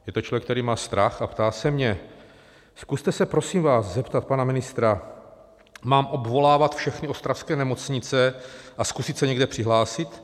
Je to člověk, který má strach, a ptá se mě: Zkuste se, prosím vás, zeptat pana ministra, mám obvolávat všechny ostravské nemocnice a zkusit se někde přihlásit?